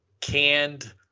canned